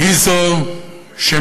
היא זו שמנצחת,